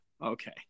Okay